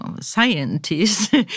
scientists